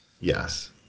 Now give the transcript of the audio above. Yes